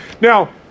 now